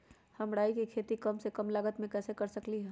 हम राई के खेती कम से कम लागत में कैसे कर सकली ह?